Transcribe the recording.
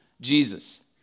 Jesus